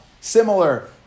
similar